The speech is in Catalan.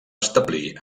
establir